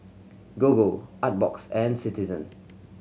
Gogo Artbox and Citizen